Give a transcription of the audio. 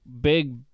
big